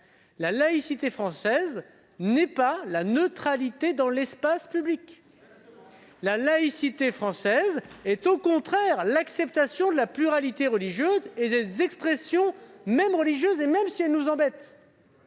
la laïcité française, qui n'est pas la neutralité dans l'espace public. Exactement ! La laïcité française est au contraire l'acceptation de la pluralité religieuse et des expressions, même religieuses, y compris si elles nous embêtent.